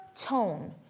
tone